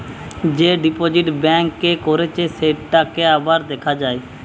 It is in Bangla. যে ডিপোজিট ব্যাঙ্ক এ করেছে সেটাকে আবার দেখা যায়